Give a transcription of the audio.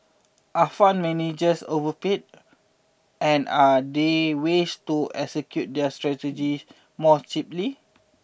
are fund managers overpaid and are there ways to execute their strategies more cheaply